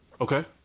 Okay